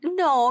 no